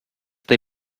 they